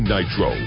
Nitro